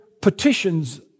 petitions